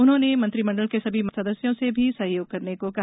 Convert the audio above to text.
उन्होंने मंत्रिमंडल के सभी सदस्यों से भी सहयोग करने को कहा